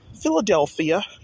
Philadelphia